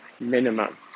Minimum